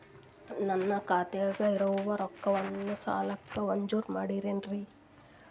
ನನ್ನ ಖಾತಗ ಇರುವ ರೊಕ್ಕವನ್ನು ಸಾಲಕ್ಕ ವಜಾ ಮಾಡ್ತಿರೆನ್ರಿ?